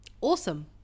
Awesome